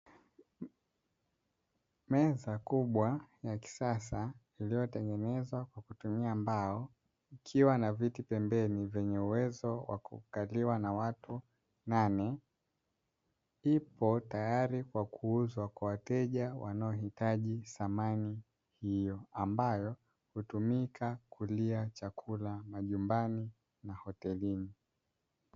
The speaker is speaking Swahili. Meza kubwa ya kisasa iliyotengenezwa kwa kutumia mbao ikiwa na viti pembeni vyenye uwezo wa kukaliwa na watu nane ipo tayari kwa kuuzwa kwa wateja, wanaohitaji kununua samani hio ambayo hutumika kulia chakula majumbani na hotelini.